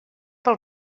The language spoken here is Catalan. per